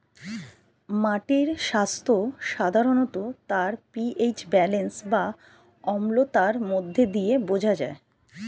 মাটির স্বাস্থ্য সাধারণত তার পি.এইচ ব্যালেন্স বা অম্লতার মধ্য দিয়ে বোঝা যায়